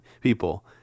people